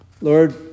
Lord